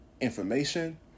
information